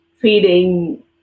feeding